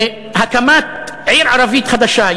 הקמת עיר ערבית חדשה,